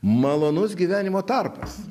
malonus gyvenimo tarpas